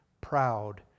proud